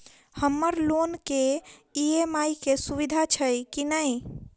हम्मर लोन केँ ई.एम.आई केँ सुविधा छैय की नै?